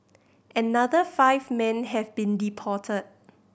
another five men have been deported